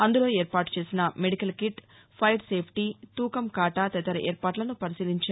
అందులో ఏర్పాటుచేసిన medical kit fire safety తూకం కాటా తదితర ఏర్పాట్లను పరిశీలించారు